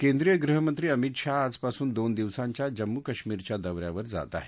केंद्रीय गृहमंत्री अमित शहा आजपासून दोन दिवसांच्या जम्मू कश्मीरच्या दौ यावर जात आहेत